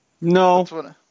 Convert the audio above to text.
No